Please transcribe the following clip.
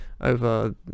over